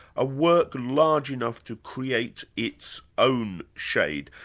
a work large enough to create its own shade.